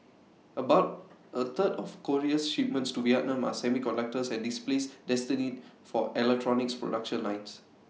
about A third of Korea's shipments to Vietnam are semiconductors and displays destined for electronics production lines